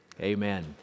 Amen